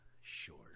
Sure